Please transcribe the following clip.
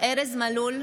ארז מלול,